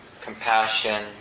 compassion